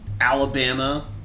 Alabama